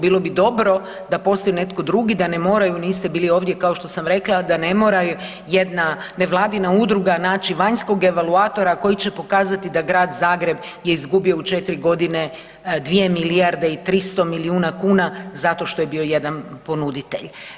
Bilo bi dobro da postoji netko drugi, da ne moraju niste bili ovdje, kao što sam rekla, da ne mora jedna nevladina udruga naći vanjskog evaluatora koji će pokazati da grad Zagreb je izgubio u 4 g. 2 milijarde i 300 milijuna kn zato što je bio ponuditelj.